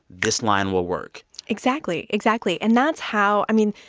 this line will work exactly. exactly. and that's how i mean,